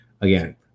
Again